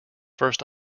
first